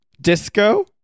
disco